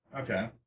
Okay